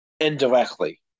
indirectly